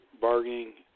bargaining